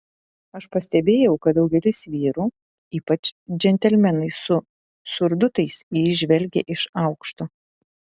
aš pastebėjau kad daugelis vyrų ypač džentelmenai su surdutais į jį žvelgė iš aukšto